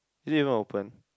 it didn't even open